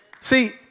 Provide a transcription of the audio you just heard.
See